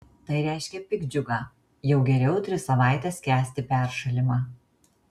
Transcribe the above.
tai reiškia piktdžiugą jau geriau tris savaites kęsti peršalimą